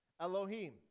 Elohim